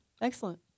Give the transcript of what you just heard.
Excellent